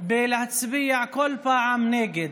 בלהצביע כל פעם נגד.